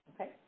Okay